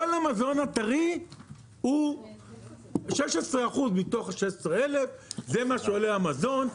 כל המזון הטרי הוא 16% מתוך ה-16,000 זה מה שעולה המזון,